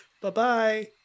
Bye-bye